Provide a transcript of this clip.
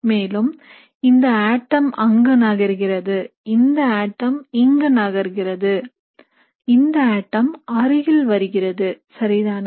மேலும் இந்த ஆட்டம் அங்கு நகர்கிறது இந்த ஆட்டம் இங்கு நகர்கிறது இந்த ஆட்டம் அருகில் வருகிறது சரிதானே